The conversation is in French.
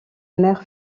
mère